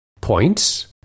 points